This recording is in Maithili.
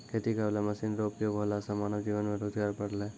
खेती करै वाला मशीन रो उपयोग होला से मानब जीवन मे रोजगार बड़लै